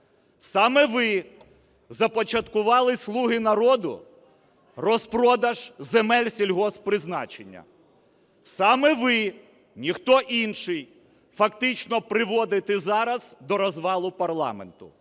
Саме ви започаткували, "слуги народу", розпродаж земель сільгосппризначення. Саме ви, ніхто інший, фактично приводите зараз до розвалу парламенту